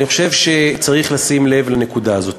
ואני חושב שצריך לשים לב לנקודה הזאת.